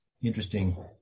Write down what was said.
interesting